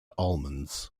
almonds